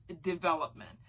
development